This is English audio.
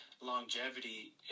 longevity